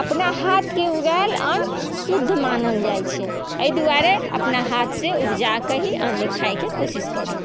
अपना हाथके उगायल अन्न शुद्ध मानल जाइत छै एहि दुआरे अपना हाथ से उपजाके ही अन्न खायके कोशिश करु